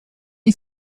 you